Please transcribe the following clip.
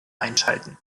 einschalten